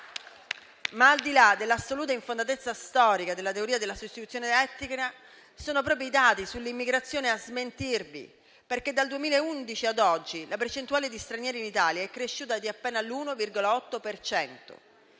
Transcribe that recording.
Al di là però dell'assoluta infondatezza storica della teoria della sostituzione etnica, sono proprio i dati sull'immigrazione a smentirvi. Dal 2011 ad oggi, infatti, la percentuale di stranieri in Italia è cresciuta di appena l'1,8